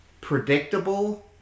predictable